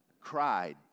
cried